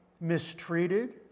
mistreated